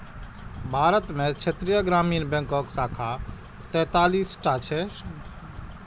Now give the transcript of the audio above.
भारत मे क्षेत्रीय ग्रामीण बैंकक संख्या तैंतालीस टा छै